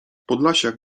podlasiak